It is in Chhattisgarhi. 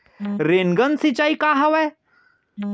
रेनगन सिंचाई का हवय?